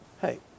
Hey